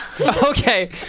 Okay